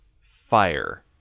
Fire